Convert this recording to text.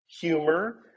humor